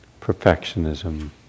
perfectionism